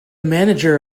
manager